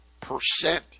percent